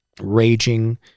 raging